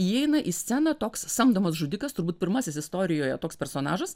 įeina į sceną toks samdomas žudikas turbūt pirmasis istorijoje toks personažas